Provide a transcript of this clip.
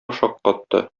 шаккатты